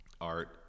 art